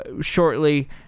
shortly